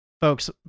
Folks